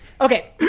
Okay